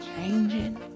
changing